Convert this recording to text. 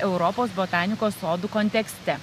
europos botanikos sodų kontekste